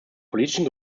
politischen